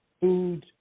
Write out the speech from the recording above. foods